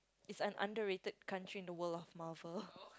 is an underrated country in the world of Marvel